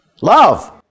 Love